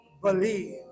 believe